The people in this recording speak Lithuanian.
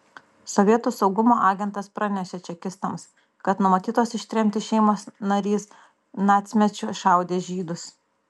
sovietų saugumo agentas pranešė čekistams kad numatytos ištremti šeimos narys nacmečiu šaudė žydus